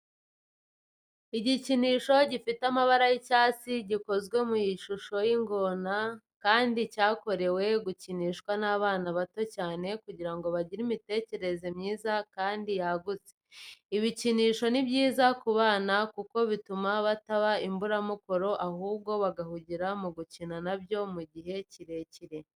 Igikinisho gifite ibara ry'icyatsi gikozwe mu ishusho y'ingona kandi cyakorewe gukinishwa n'abana bato cyane kugira bagire imitekerereze myiza kandi yagutse. Ibikinisho ni byiza ku bana kuko bituma bataba imburamukoro ahubwo bagahugira mu gukina na byo mu gihe kirekire.